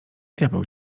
diabeł